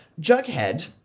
Jughead